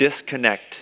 disconnect